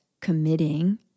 committing